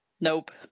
Nope